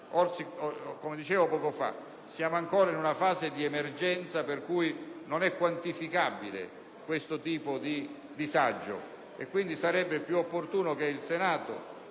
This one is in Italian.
Come ho detto, siamo ancora in una fase di emergenza per cui non è quantificabile questo tipo di disagio e quindi sarebbe più opportuno che il Senato